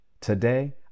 Today